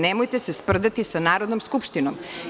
Nemojte se sprdati sa Narodnom skupštinom.